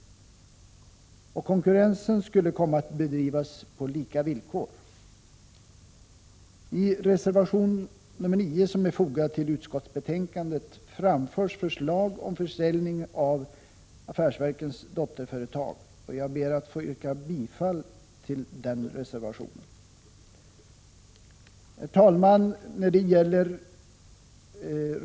1986/87:7 konkurrensen skulle komma att bedrivas på lika villkor. 15 oktober 1986 I reservation nr 9 som är fogad till utskottsbetänkandet framförs förslag om försäljning av affärsverkens dotterföretag, och jag ber att få yrka bifall till den reservationen. Herr talman!